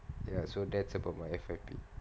ya so that's about my F_Y_P